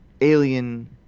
alien